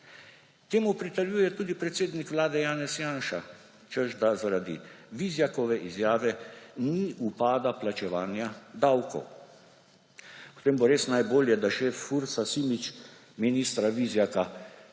Temu pritrjuje tudi predsednik Vlade Janez Janša, češ da zaradi Vizjakove izjave ni upado plačevanje davkov. Potem bo res najbolje, da šef Fursa Simič ministra Vizjaka